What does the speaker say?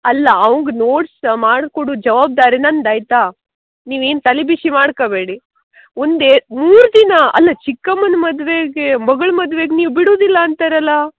ಅಲ್ಲ ಅವ್ನಿಗೆ ನೋಟ್ಸ್ ಮಾಡ್ಕೋಡೋದ್ ಜವಬ್ದಾರಿ ನಂದು ಆಯ್ತಾ ನೀವೇನು ತಲೆ ಬಿಸಿ ಮಾಡ್ಕೋಬೇಡಿ ಒಂದೇ ಮೂರು ದಿನ ಅಲ್ಲ ಚಿಕ್ಕಮ್ಮನ ಮದುವೆಗೆ ಮಗ್ಳ ಮದ್ವೆಗೆ ನೀವು ಬಿಡೋದಿಲ್ಲ ಅಂತೀರಲ್ಲಾ